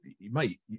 mate